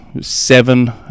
seven